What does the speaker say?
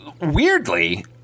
weirdly